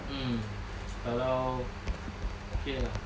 mm kalau okay lah